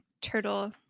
turtle